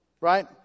right